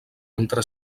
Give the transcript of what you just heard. entre